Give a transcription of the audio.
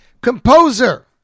composer